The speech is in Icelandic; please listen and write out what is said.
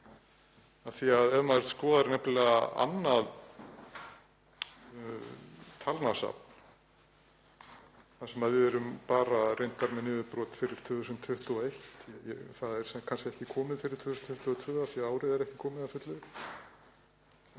því að ef maður skoðar nefnilega annað talnasafn — þar sem við erum reyndar bara með niðurbrot fyrir 2021, það er kannski ekki komið fyrir 2022 af því að árið er ekki komið að fullu en